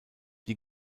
die